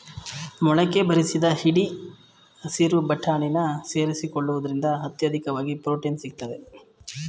ಮೊಳಕೆ ಬರಿಸಿದ ಹಿಡಿ ಹಸಿರು ಬಟಾಣಿನ ಸೇರಿಸಿಕೊಳ್ಳುವುದ್ರಿಂದ ಅತ್ಯಧಿಕವಾಗಿ ಪ್ರೊಟೀನ್ ಸಿಗ್ತದೆ